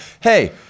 hey